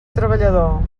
treballador